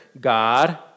God